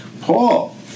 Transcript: Paul